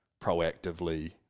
proactively